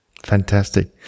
Fantastic